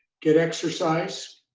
get exercise.